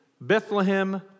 Bethlehem